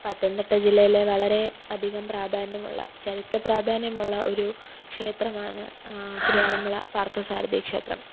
പത്തനംതിട്ട ജില്ലയിലെ വളരെ അധികം പ്രധാന്യമുള്ള ചരിത്ര പ്രാധാന്യമുള്ള ഒരു ക്ഷേത്രമാണ് തിരുവാറന്മുള പാര്ത്ഥസാരഥി ക്ഷേത്രം